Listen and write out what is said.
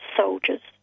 soldiers